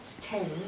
ten